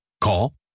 Call